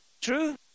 true